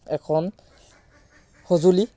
এখন সঁজুলি